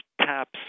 taps